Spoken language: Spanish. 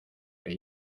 que